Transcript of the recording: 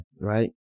right